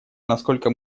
насколько